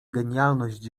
genialność